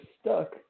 stuck